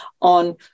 on